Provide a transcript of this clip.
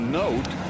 note